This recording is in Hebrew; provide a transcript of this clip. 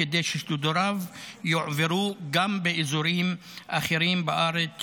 "כדי ששידוריו יועברו גם באזורים אחרים בארץ